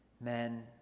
men